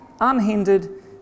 unhindered